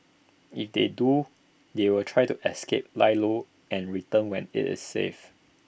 if they do they will try to escape lie low and return when IT is safe